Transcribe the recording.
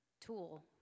tool